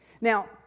Now